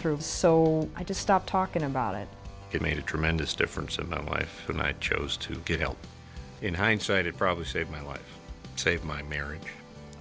through so i just stopped talking about it it made a tremendous difference in my life and i chose to get help in hindsight it probably saved my life save my marriage